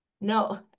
no